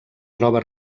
troba